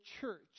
church